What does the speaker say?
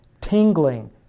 tingling